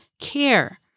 care